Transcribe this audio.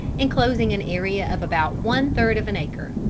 enclosing an area of about one-third of an acre.